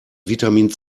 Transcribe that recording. vitamin